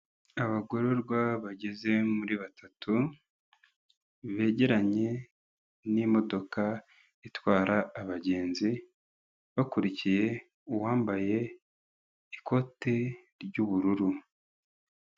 Abagororwa bageze muri batatu begeranye n'imodoka itwara abagenzi bakurikiye uwambaye ikote ry'ubururu.